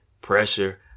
pressure